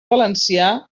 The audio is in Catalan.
valencià